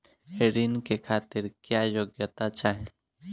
ऋण के खातिर क्या योग्यता चाहीं?